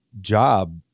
job